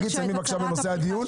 תדברי בבקשה לנושא הדיון.